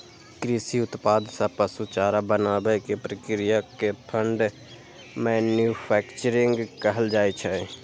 कृषि उत्पाद सं पशु चारा बनाबै के प्रक्रिया कें फीड मैन्यूफैक्चरिंग कहल जाइ छै